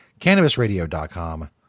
cannabisradio.com